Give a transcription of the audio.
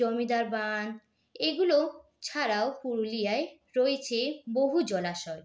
জমিদার বাঁধ এগুলো ছাড়াও পুরুলিয়ায় রয়েছে বহু জলাশয়